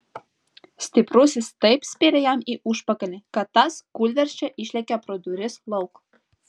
stiprusis taip spyrė jam į užpakalį kad tas kūlversčia išlėkė pro duris lauk